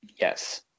yes